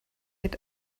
had